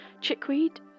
chickweed